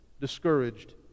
discouraged